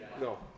no